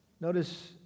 Notice